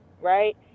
right